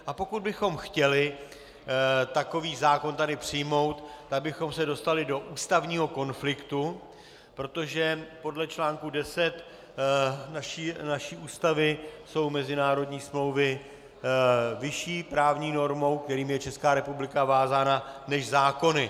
A pokud bychom chtěli takový zákon tady přijmout, tak bychom se dostali do ústavního konfliktu, protože podle článku 10 naší Ústavy jsou mezinárodní smlouvy vyšší právní normou, kterými je Česká republika vázána, než zákony.